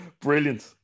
Brilliant